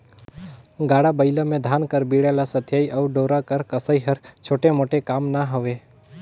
गाड़ा बइला मे धान कर बीड़ा ल सथियई अउ डोरा कर कसई हर छोटे मोटे काम ना हवे